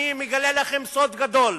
אני מגלה לכם סוד גדול: